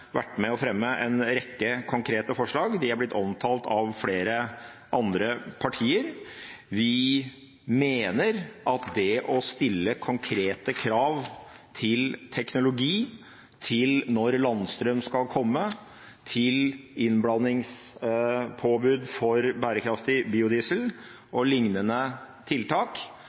rekke konkrete forslag. De har blitt omtalt av flere andre partier. Vi mener at det å stille konkrete krav til teknologi, til når landstrøm skal komme, til innblandingspåbud for bærekraftig biodiesel og liknende tiltak